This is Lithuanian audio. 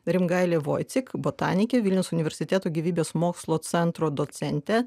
rimgailė voicik botanikė vilniaus universiteto gyvybės mokslų centro docentė